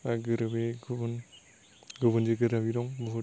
बा गोरोबै गुबुन गुबुनजों गोरोबै दं बहुद